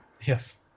Yes